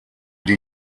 die